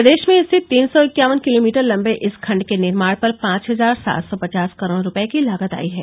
प्रदेश में स्थित तीन सौ इक्यावन किलोमीटर लंबे इस खंड के निर्माण पर पांच हजार सात सौ पचास करोड़ रुपये की लागत आई है